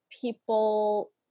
people